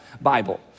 Bible